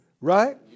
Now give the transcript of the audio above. Right